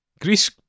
Greece